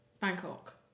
Bangkok